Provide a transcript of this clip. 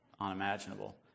unimaginable